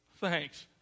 thanks